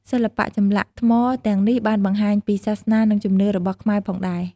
សិល្បៈចម្លាក់ថ្មទាំងនេះបានបង្ហាញពីសាសនា និងជំនឿរបស់ខ្មែរផងដែរ។